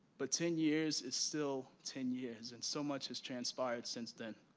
but ten years is still ten years. and so much has transpired since then.